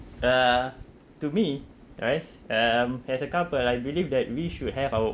uh to me where as um as a couple I believe that we should have our